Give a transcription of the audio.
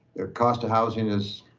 their cost of housing is